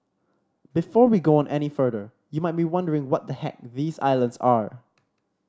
before we go on any further you might be wondering what the heck these islands are